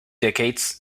decades